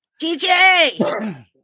DJ